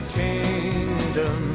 kingdom